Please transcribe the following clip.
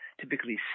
typically